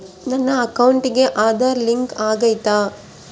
ನನ್ನ ಅಕೌಂಟಿಗೆ ಆಧಾರ್ ಲಿಂಕ್ ಆಗೈತಾ?